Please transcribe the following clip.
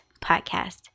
podcast